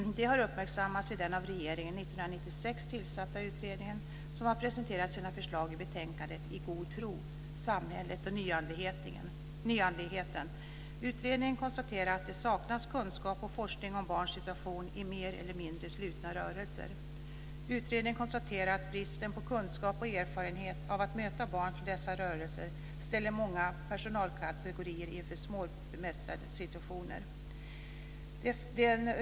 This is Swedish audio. De har uppmärksammats i den av regeringen 1996 tillsatta utredningen som har presenterat sina förslag i betänkandet I God Tro - samhället och nyandligheten. Utredningen konstaterade att det saknas kunskap och forskning om barns situation i mer eller mindre slutna rörelser. Utredningen konstaterar att bristen på kunskap och erfarenhet av att möta barn från dessa rörelser ställer många personalkategorier inför svårbemästrade situationer.